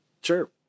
Sure